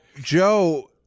Joe